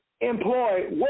employ